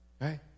right